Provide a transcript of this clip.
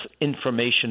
Information